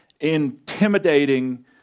intimidating